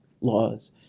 laws